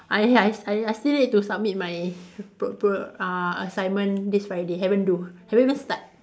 I I I I still need to submit my pro~ pro~ uh assignment this Friday haven't do haven't even start